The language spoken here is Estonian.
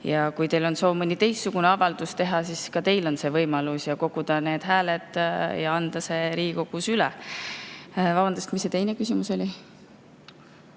Kui teil on soov mõni teistsugune avaldus teha, siis ka teil on võimalus koguda need hääled ja anda see Riigikogus üle. Vabandust, mis see teine küsimus oli?